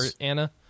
Anna